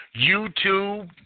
YouTube